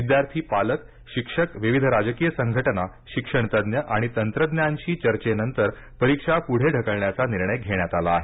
विद्यार्थी पालक शिक्षक विविध राजकीय संघटना शिक्षण तज्ज्ञ आणि तंत्रज्ञांशी चर्चेनंतर परीक्षा पुढे ढकलण्याचा निर्णय घेण्यात आला आहे